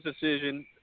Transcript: decision